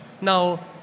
Now